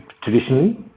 traditionally